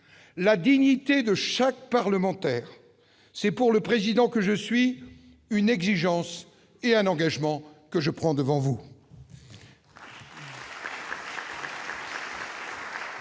La dignité de chaque parlementaire, c'est, pour le président que je suis, une exigence, et un engagement que je prends devant vous.